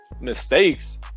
mistakes